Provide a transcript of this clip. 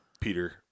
Peter